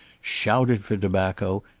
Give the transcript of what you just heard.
shouted for tobacco,